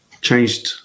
changed